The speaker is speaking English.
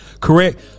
correct